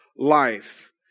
life